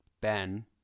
ben